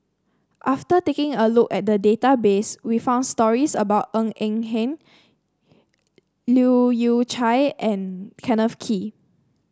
after taking a look at the database we found stories about Ng Eng Hen Leu Yew Chye and Kenneth Kee